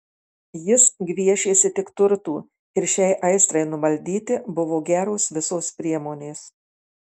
jis gviešėsi tik turtų ir šiai aistrai numaldyti buvo geros visos priemonės